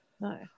No